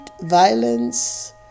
violence